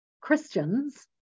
Christians